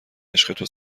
عشقت